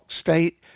state